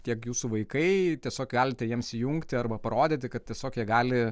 tiek jūsų vaikai tiesiog galite jiems įjungti arba parodyti kad tiesiog jie gali